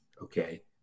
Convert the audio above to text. Okay